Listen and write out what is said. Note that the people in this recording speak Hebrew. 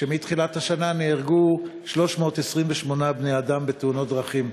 ולציין שמתחילת השנה נהרגו 328 בני אדם בתאונות דרכים.